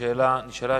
השאלה נשאלה.